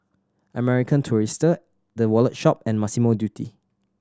American Tourister The Wallet Shop and Massimo Dutti